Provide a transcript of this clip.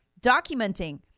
documenting